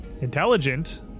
intelligent